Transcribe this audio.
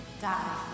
Die